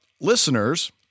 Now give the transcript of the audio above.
listeners